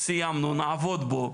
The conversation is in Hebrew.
סיימנו נעבוד בו.